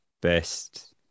best